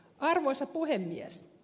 arvoisa puhemies